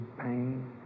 pain